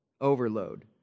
overload